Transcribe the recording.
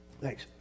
Thanks